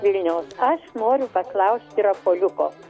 vilniaus aš noriu paklausti rapoliuko